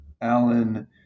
Alan